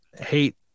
hate